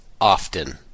often